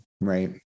right